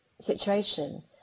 situation